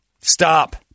Stop